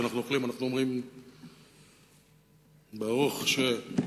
כשאנחנו אוכלים אנחנו אומרים "ברוך ש,